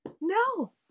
No